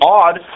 odd